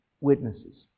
witnesses